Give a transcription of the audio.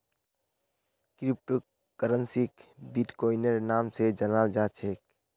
crypto करन्सीक बिट्कोइनेर नाम स जानाल जा छेक